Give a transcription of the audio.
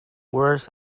worse